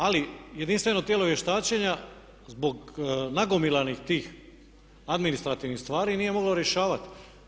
Ali jedinstveno tijelo vještačenja zbog nagomilanih tih administrativnih stvari nije moglo rješavati.